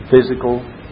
physical